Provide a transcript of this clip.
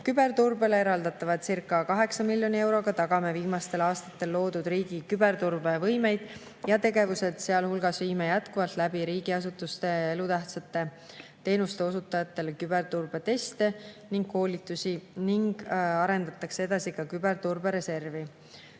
Küberturbele eraldatavacirca8 miljoni euroga tagame viimastel aastatel loodud riigi küberturbevõimed ja -tegevused. Sealhulgas viime jätkuvalt läbi riigiasutustele elutähtsate teenuste osutajatele küberturbeteste ja -koolitusi. Arendatakse edasi ka küberturbereservi.